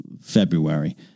February